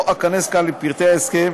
לא אכנס כאן לפרטי ההסכם